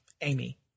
Amy